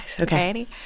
okay